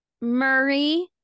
Murray